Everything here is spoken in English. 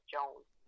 Jones